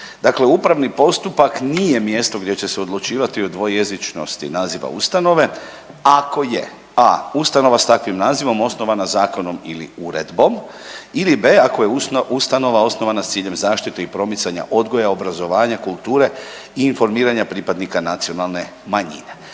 Dakle, upravni postupak nije mjesto gdje će se odlučivati o dvojezičnosti naziva ustanove, ako je a) ustanova s takvim nazivom osnovana zakonom ili uredbom ili b) ako je ustanova osnovana s ciljem zaštite i promicanja odgoja, obrazovanja, kulture i informiranja pripadnika nacionalne manjine.